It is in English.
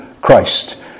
Christ